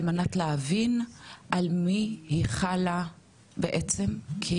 על מנת להבין על מי היא חלה בעצם, כי